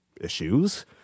issues